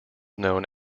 known